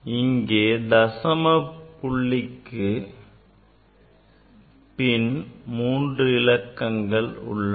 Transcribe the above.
இங்கே தசம புள்ளிக்கு பின் மூன்று இலக்கங்கள் உள்ளன